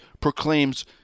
proclaims